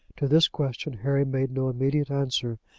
to this question harry made no immediate answer,